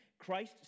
Christ